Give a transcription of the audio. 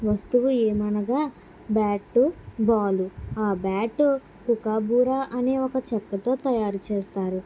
వస్తువు ఏమనగా bat ball ఆ బ్యాటు కుకబురా అనే ఒక చెక్కతో తయారు చేస్తారు